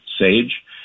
sage